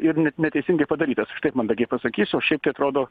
ir ne neteisingai padarytas aš taip mandagiai pasakys o šiaip atrodo